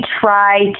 try